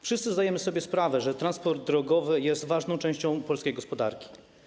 Wszyscy zdajemy sobie sprawę, że transport drogowy jest ważną częścią polskiej gospodarki.